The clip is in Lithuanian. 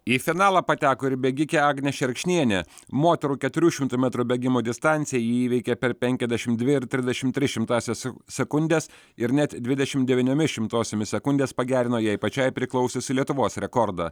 į finalą pateko ir bėgikė agnė šerkšnienė moterų keturių šimtų metrų bėgimo distanciją įveikė per penkiasdešimt dvi ir trisdešimt tris šimtąsias sekundės ir net dvidešimt devyniomis šimtosiomis sekundės pagerino jai pačiai priklausiusį lietuvos rekordą